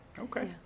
okay